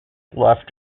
left